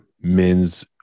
men's